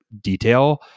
detail